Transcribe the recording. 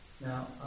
Now